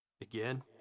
again